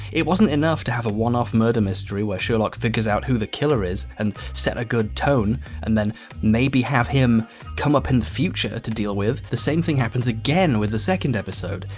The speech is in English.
it wasn't enough to have a one-off murder mystery where sherlock figures out who the killer is and set a good tone and then maybe have him come up in the future to deal with. the same thing happens again with the second episode.